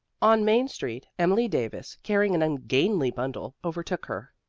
on main street, emily davis, carrying an ungainly bundle, overtook her.